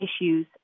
issues